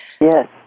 Yes